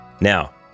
Now